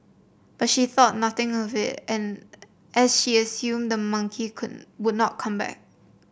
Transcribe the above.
but she thought nothing of it and as she assumed the monkey could would not come back